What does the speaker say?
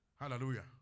Hallelujah